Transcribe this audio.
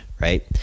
right